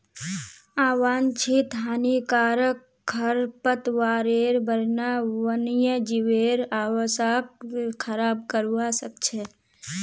आवांछित हानिकारक खरपतवारेर बढ़ना वन्यजीवेर आवासक खराब करवा सख छ